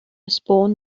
spawned